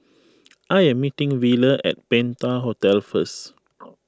I am meeting Wheeler at Penta Hotel first